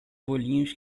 bolinhos